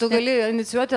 tu gali inicijuoti